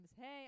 Hey